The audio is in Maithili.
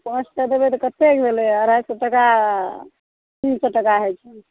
पाँच टा देबै तऽ कतेक भेलै अढ़ाइ सओ टका तीन सओ टका होइ छै